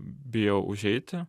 bijau užeiti